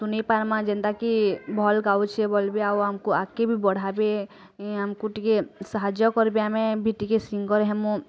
ଶୁନେଇ ପାର୍ମା ଯେନ୍ତାକି ଭଲ୍ ଗାଉଛେ ବଲ୍ବେ ଆଉ ଆମ୍କୁ ଆଗ୍କେ ବି ବଢ଼ାବେ ଇ ଆମ୍କୁ ଟିକେ ସାହାଯ୍ୟ କର୍ବେ ଆମେ ବି ଟିକେ ସିଙ୍ଗର୍ ହେମୁ